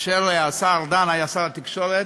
כאשר השר ארדן היה שר התקשורת,